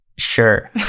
Sure